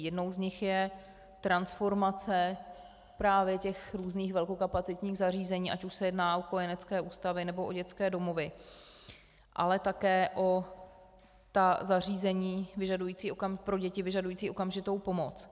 Jednou z nich je transformace právě těch různých velkokapacitních zařízení, ať už se jedná o kojenecké ústavy, nebo o dětské domovy, ale také o ta zařízení pro děti vyžadující okamžitou pomoc.